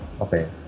Okay